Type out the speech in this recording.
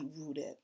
rooted